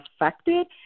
affected